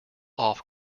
off